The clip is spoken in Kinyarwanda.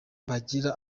bagira